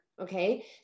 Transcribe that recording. okay